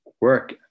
work